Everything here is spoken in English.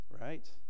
Right